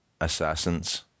assassins